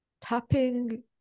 tapping